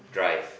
drive